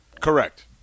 Correct